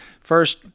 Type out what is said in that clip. first